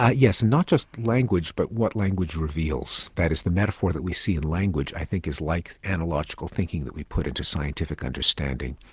ah yes, and not just language but what language reveals. that is, the metaphor that we see in language i think is like analogical thinking that we put into scientific understanding.